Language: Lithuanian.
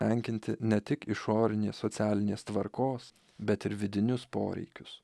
tenkinti ne tik išorinės socialinės tvarkos bet ir vidinius poreikius